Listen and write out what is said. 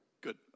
Good